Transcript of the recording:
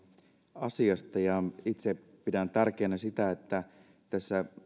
asiasta ja itse pidän tärkeänä sitä että tässä